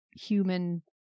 human